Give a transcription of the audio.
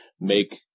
make